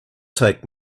take